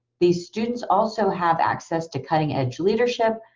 these students also have access to cutting-edge leadership,